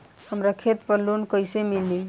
हमरा खेत पर लोन कैसे मिली?